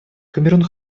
камерун